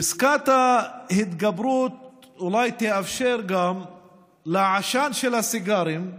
פסקת ההתגברות אולי תאפשר גם לעשן של הסיגרים,